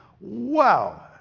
Wow